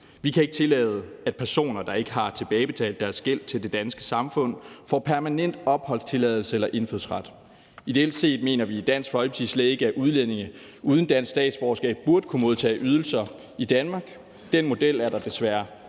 Vi kan ikke tillade, at personer, der ikke har tilbagebetalt deres gæld til det danske samfund, får permanent opholdstilladelse eller indfødsret. I Dansk Folkeparti mener vi, at udlændinge uden dansk statsborgerskab ideelt set slet ikke burde kunne modtage ydelser i Danmark. Den model er der desværre